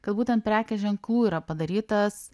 kad būtent prekės ženklų yra padarytas